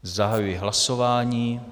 Zahajuji hlasování.